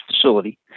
facility